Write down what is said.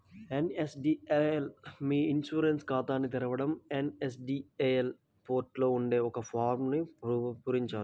NSDL మీ e insurance ఖాతాని తెరవడం ఎన్.ఎస్.డి.ఎల్ పోర్టల్ లో ఉండే ఒక ఫారమ్ను పూరించాలి